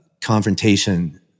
confrontation